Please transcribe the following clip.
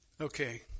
Okay